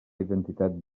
identitat